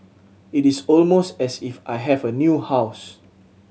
it is almost as if I have a new house